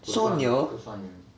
so near